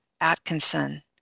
Atkinson